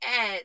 add